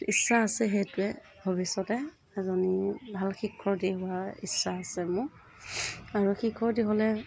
ইচ্ছা আছে সেইটোৱে ভৱিষ্যতে এজন ভাল শিক্ষয়িত্ৰী হোৱাৰ ইচ্ছা আছে মোৰ আৰু শিক্ষয়িত্ৰী হ'লে